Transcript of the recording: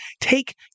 take